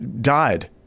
died